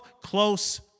close